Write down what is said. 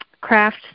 craft